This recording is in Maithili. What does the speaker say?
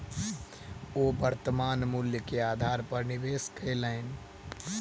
ओ वर्त्तमान मूल्य के आधार पर निवेश कयलैन